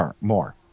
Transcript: more